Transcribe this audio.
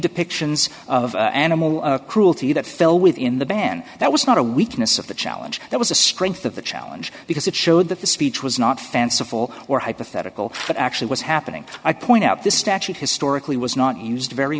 depictions of animal cruelty that fell within the ban that was not a weakness of the challenge that was a strength of the challenge because it's that the speech was not fanciful or hypothetical but actually what's happening i point out this statute historically was not used very